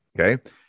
Okay